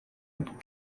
und